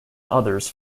others